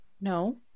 No